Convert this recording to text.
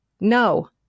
No